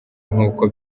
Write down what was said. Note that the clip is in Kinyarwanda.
nk’uko